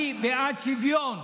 אני בעד שוויון,